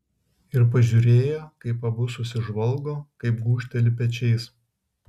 ir pažiūrėjo kaip abu susižvalgo kaip gūžteli pečiais